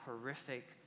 horrific